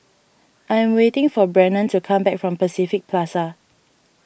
I am waiting for Brennon to come back from Pacific Plaza